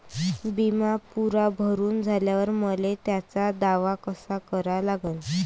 बिमा पुरा भरून झाल्यावर मले त्याचा दावा कसा करा लागन?